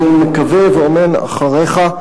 אני מקווה ואומר אמן אחריך,